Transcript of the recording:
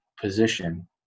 position